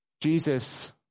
Jesus